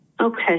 Okay